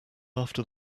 after